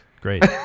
Great